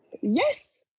Yes